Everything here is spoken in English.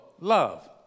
love